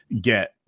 get